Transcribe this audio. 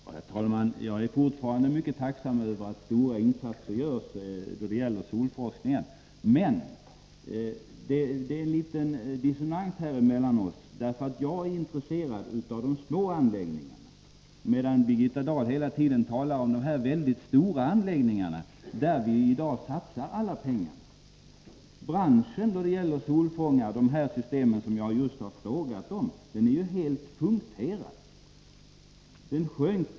Herr talman! Jag är fortfarande mycket tacksam för att stora insatser görs då det gäller solforskningen. Men det finns en liten dissonans mellan oss, därför att jag är intresserad av de små anläggningarna, medan Birgitta Dahl hela tiden talar om dessa väldigt stora anläggningar, där vi satsar alla pengar. Branschen solfångare, de system som jag just har frågat om, är ju helt punkterad.